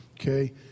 Okay